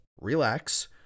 relax